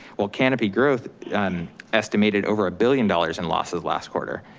well, canopy growth estimated over a billion dollars in losses last quarter.